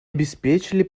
обеспечили